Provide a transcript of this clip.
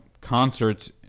concerts